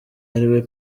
ariwe